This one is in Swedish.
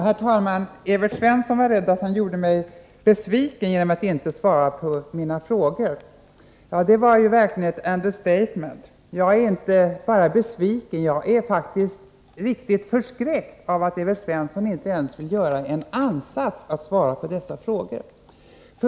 Herr talman! Evert Svensson var rädd att han gjorde mig besviken genom att inte svara på mina frågor. Ja, det var då verkligen ett understatement! Jag är inte bara besviken — jag är faktiskt riktigt förskräckt över att Evert Svensson inte ens vill göra en ansats att svara på mina frågor.